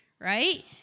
right